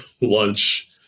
lunch